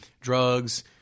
drugs